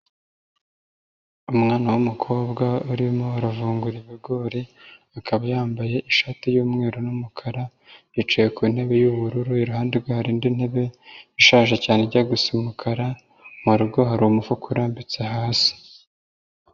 Umwana w'umukobwa urimo aravungura ibigori akaba yambaye ishati y'umweru n'umukara, yicaye ku ntebe y'ubururu, iruhande rwe hari indi ntebe ishaje cyane ijya gusa umukara, mu rugo hari umufuka urambitse hasi.